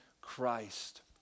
Christ